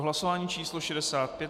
Hlasování číslo 65.